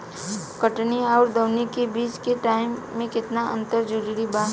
कटनी आउर दऊनी के बीच के टाइम मे केतना अंतर जरूरी बा?